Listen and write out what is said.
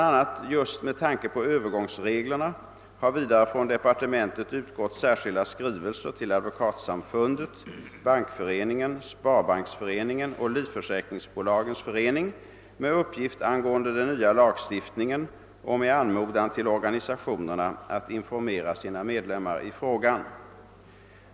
a. just med tanke på övergångsreglerna har vidare från departementet utgått särskilda skrivelser till Advokatsamfundet, Bankföreningen, Sparbanksföreningen och = Livförsäkringsbolagens förening med uppgift angående den nya lagstiftningen och med anmodan till organisationerna att informera sina medlemmar i frågan.